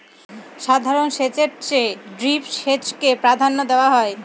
সাধারণ সেচের চেয়ে ড্রিপ সেচকে প্রাধান্য দেওয়া হয়